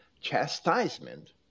chastisement